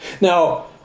Now